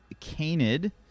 Canid